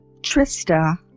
Trista